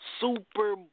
Super